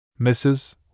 Mrs